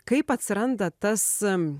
kaip atsiranda tas